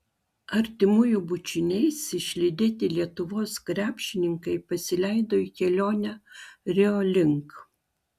artimųjų bučiniais išlydėti lietuvos krepšininkai pasileido į kelionę rio link